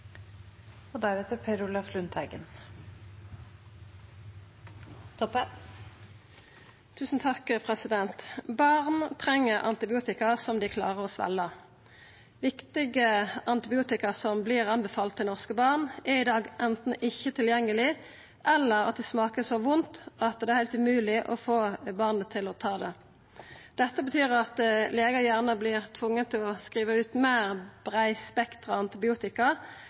Barn treng antibiotika som dei klarer å svelgja. Viktige antibiotika som vert anbefalte til norske barn, er i dag anten ikkje tilgjengelege eller dei smaker så vondt at det er heilt umogleg å få barnet til å ta dei. Dette betyr at legar gjerne vert tvinga til å skriva ut meir breispektra antibiotika